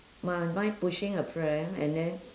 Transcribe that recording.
mi~ mine pushing a pram and then